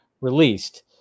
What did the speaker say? released